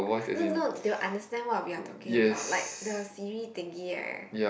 no no they will understand what we are talking about like the Siri thingy right